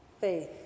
faith